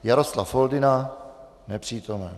Jaroslav Foldyna: Nepřítomen.